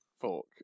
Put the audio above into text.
fork